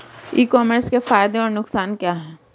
ई commerce के फायदे और नुकसान क्या हैं?